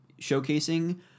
showcasing